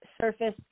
surface